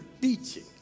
teaching